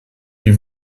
wie